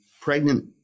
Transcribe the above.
pregnant